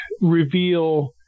reveal